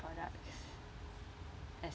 products as